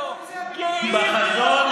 כי אם,